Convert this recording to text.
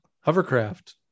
hovercraft